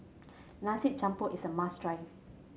Nasi Campur is a must try